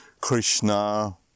Krishna